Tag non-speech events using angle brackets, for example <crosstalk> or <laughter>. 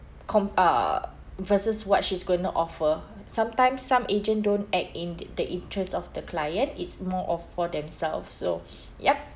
com~ uh versus what she's going to offer sometime some agent don't act in the interest of the client it's more of for themselves so <breath> yup